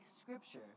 scripture